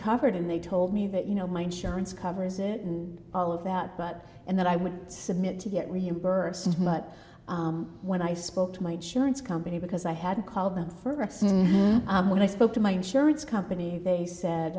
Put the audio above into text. covered and they told me that you know my insurance covers it and all of that but and that i would submit to get reimbursed but when i spoke to my joints company because i had called them further when i spoke to my insurance company they said